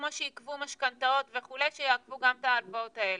כמו שעיכבו משכנתאות וכו' שיעכבו גם את ההלוואות האלה.